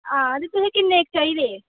आ नीं तुसेंगी किन्ने क चाहिदे